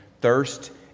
thirst